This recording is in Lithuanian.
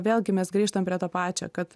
vėlgi mes grįžtam prie to pačio kad